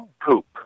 poop